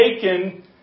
taken